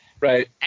Right